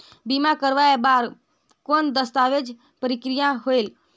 बीमा करवाय बार कौन दस्तावेज प्रक्रिया होएल?